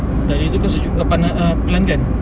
but you have a partner or blended